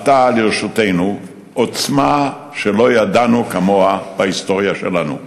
עתה לרשותנו עוצמה שלא ידענו כמוה בהיסטוריה שלנו.